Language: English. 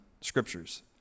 scriptures